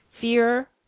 fear